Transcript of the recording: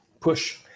Push